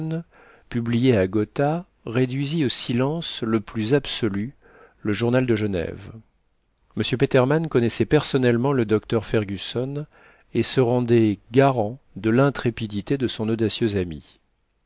publiés à gotha réduisit au silence le plus absolu le journal de genève m petermann connaissait personnellement le docteur fergusson et se rendait garant de l'intrépidité de son audacieux ami